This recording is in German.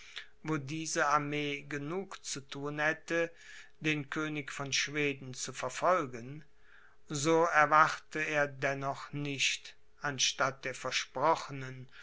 wo diese armee genug zu thun hätte den könig von schweden zu verfolgen so erwarte er dennoch nicht anstatt der versprochenen